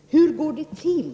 Hur går det till?